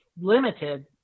limited